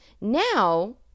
Now